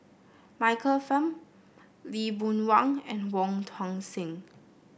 Michael Fam Lee Boon Wang and Wong Tuang Seng